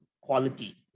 quality